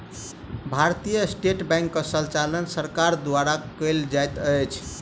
भारतीय state bank के संचालन सरकार द्वारा कयल जाइत अछि